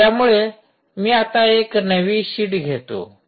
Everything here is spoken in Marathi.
त्यामुळे मी आता एक नवी शीट घेतो